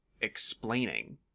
explaining